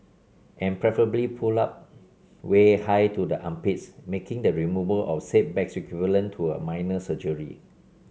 and preferably pulled up way high to the armpits making the removal of said bag equivalent to a minor surgery